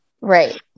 Right